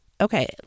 Okay